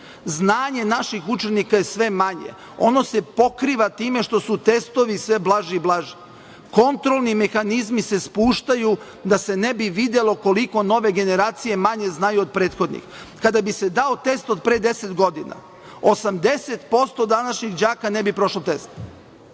Znanje naših učenika je sve manje. Ono se pokriva time što su testovi sve blaži i blaži. Kontrolni mehanizmi se spuštaju, da se ne bi videlo koliko nove generacije manje znaju od prethodnih. Kada bi se dao test od pre deset godina, 80% današnjih đaka ne bi prošlo test.